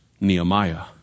Nehemiah